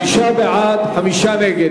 שישה בעד, חמישה נגד.